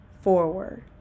forward